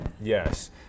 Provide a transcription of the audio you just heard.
Yes